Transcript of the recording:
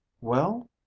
Well